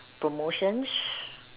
promotions